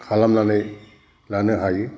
खालामनानै लानो हायो